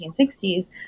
1960s